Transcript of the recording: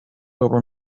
over